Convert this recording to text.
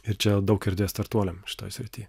ir čia daug erdvės startuoliam šitoj srity